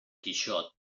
quixot